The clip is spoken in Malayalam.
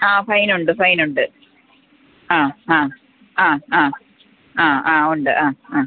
ആ ഫൈനുണ്ട് ഫൈനുണ്ട് ആ ആ ആ ആ ആ ആ ഉണ്ട് ആ ആ